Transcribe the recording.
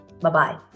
Bye-bye